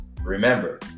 Remember